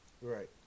Right